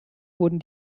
wurden